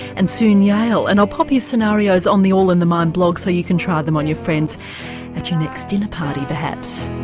and soon yale, and i'll pop his scenarios on the all in the mind blog so you can try them on your friends at your next dinner party perhaps.